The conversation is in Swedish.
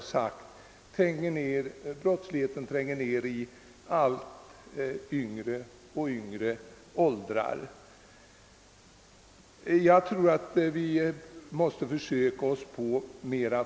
Resultatet blir att brottsligheten tränger allt längre ned i åldrarna.